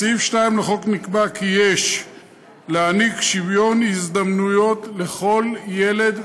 בסעיף 2 לחוק נקבע כי יש "להעניק שוויון הזדמנויות לכל ילד וילדה,